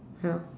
ya lor